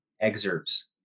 excerpts